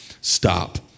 Stop